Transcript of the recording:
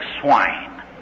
swine